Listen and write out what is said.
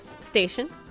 station